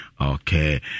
Okay